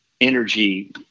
energy